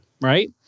right